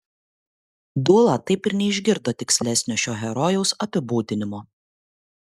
dūla taip ir neišgirdo tikslesnio šio herojaus apibūdinimo